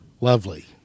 Lovely